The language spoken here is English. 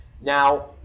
Now